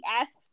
asks